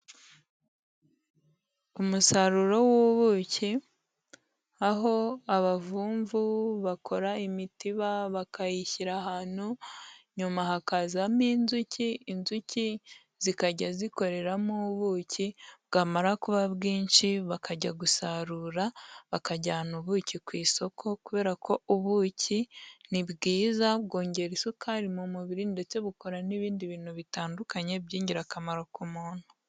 Umusaruro w'ubuki, aho abavumvu bakora imitiba bakayishyira ahantu, nyuma hakazamo inzuki, inzuki zikajya zikoreramo ubuki, bwamara kuba bwinshi bakajya gusarura, bakajyana ubuki ku isoko kubera ko ubuki ni bwiza, bwongera isukari mu mubiri ndetse bukora n'ibindi bintu bitandukanye by'ingirakamaro ku muntu.